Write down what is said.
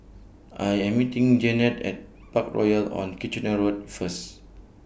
I Am meeting Janette At Parkroyal on Kitchener Road First